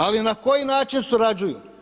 Ali na koji način surađuju?